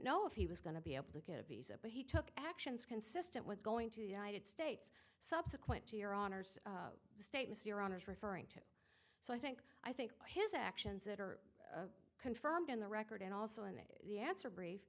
know if he was going to be able to get a visa but he took actions consistent with going to united states subsequent to your honor's statements your honour's referring to so i think i think his actions that are confirmed in the record and also in the answer brief